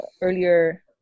earlier